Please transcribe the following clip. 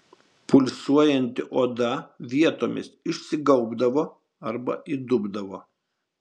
pulsuojanti oda vietomis išsigaubdavo arba įdubdavo